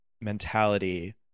mentality